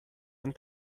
and